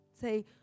Say